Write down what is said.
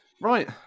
Right